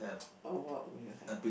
oh what would you have